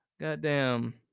Goddamn